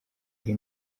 ari